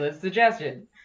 suggestion